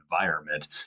environment